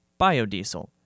Biodiesel